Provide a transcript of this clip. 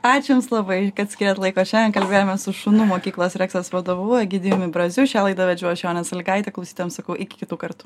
ačiū jums labai kad skyrėt laiko šiandien kalbėjome su šunų mokyklos reksas vadovu egidijumi braziu šią laidą vedžiau aš jonės sąlygaitė klausytojams sakau iki kitų kartų